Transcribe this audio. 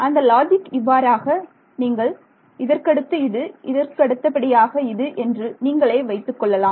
அந்த லாஜிக் இவ்வாறாக நீங்கள் இதற்கடுத்து இது இதற்கு அடுத்தபடியாக இது என்று நீங்களே வைத்துக் கொள்ளலாம்